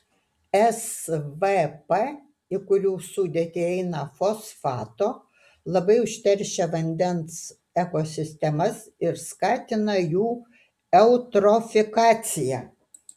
svp į kurių sudėtį įeina fosfato labai užteršia vandens ekosistemas ir skatina jų eutrofikaciją